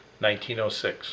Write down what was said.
1906